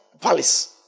Palace